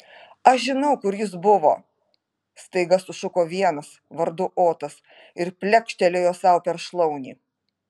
aš žinau kur jis buvo staiga sušuko vienas vardu otas ir plekštelėjo sau per šlaunį